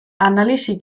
analisi